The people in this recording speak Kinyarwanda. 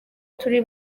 turi